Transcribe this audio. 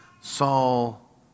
Saul